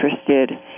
interested